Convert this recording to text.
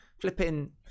flipping